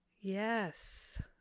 Yes